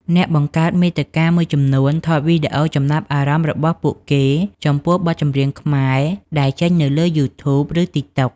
អ្នកបង្កើតមាតិការមួយចំនួនថតវីដេអូចំណាប់អារម្មណ៍របស់ពួកគេចំពោះបទចម្រៀងខ្មែរដែលចេញនៅលើ YouTube ឬ TikTok។